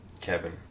Kevin